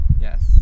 Yes